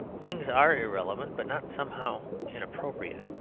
things are irrelevant, but not somehow inappropriate.